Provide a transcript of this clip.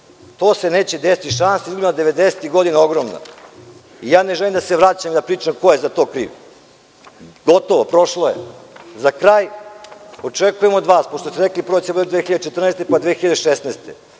to se neće desiti. Šanse devedesetim godinama je ogromna. Ja ne želim da se vraćam na priču ko je za to kriv. Gotovo, prošlo je.Za kraj, očekujem od vas, pošto ste rekli prvo će da bude 2014. pa 2016.